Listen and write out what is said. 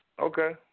okay